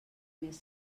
més